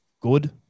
good